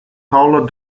paula